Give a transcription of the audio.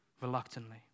reluctantly